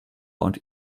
und